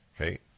Okay